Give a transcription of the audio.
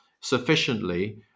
sufficiently